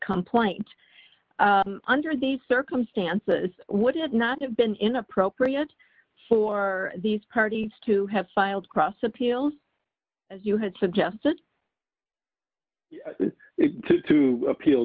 complaint under the circumstances what did not have been inappropriate for these parties to have filed cross appeals as you had suggested to appeal